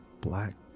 black